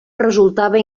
resultava